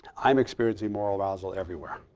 i'm experiencing moral arousal everywhere.